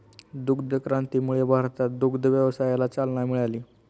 दुग्ध क्रांतीमुळे भारतात दुग्ध व्यवसायाला चालना मिळाली